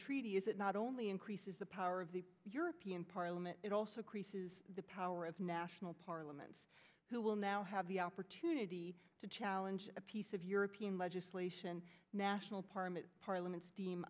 treaty is it not only increases the power of the european parliament it also creates the power of national parliaments who will now have the opportunity to challenge a piece of european legislation national parliaments parliament